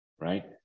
right